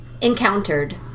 encountered